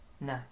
No